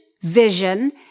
vision